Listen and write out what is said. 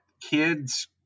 kids